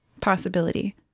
Possibility